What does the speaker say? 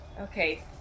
Okay